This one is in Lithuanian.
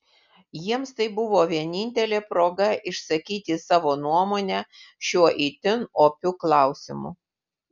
jiems tai buvo vienintelė proga išsakyti savo nuomonę šiuo itin opiu klausimu